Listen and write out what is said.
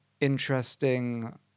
interesting